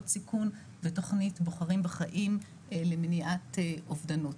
סיכון ותוכנית "בוחרים בחיים" למניעת אובדנות.